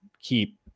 keep